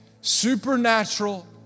Supernatural